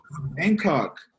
Bangkok